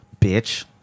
bitch